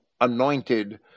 anointed